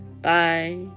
Bye